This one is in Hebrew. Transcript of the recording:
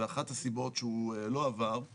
ואחת הסיבות שהוא לא עבר היא